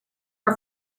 are